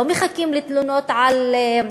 לא מחכים לתלונות על פשעים.